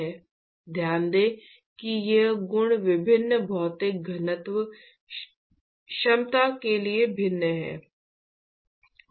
ध्यान दें कि ये गुण विभिन्न भौतिक घनत्व क्षमता के लिए भिन्न हैं